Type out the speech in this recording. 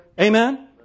Amen